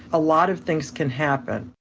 a lot of things can happen,